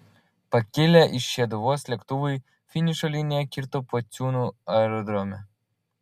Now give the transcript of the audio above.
pakilę iš šeduvos lėktuvai finišo liniją kirto pociūnų aerodrome